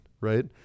right